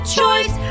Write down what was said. choice